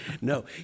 no